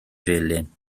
felyn